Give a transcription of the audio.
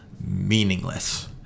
meaningless